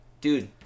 dude